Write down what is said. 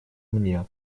мне